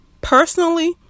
Personally